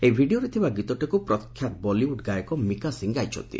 ଏହି ଭିଡ଼ିଓରେ ଥିବା ଗୀତଟିକୁ ପ୍ରଖ୍ୟାତ ବଲିଉଡ୍ ଗାୟକ ମିକା ସିଂହ ଗାଇଛନ୍ତି